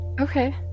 Okay